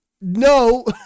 no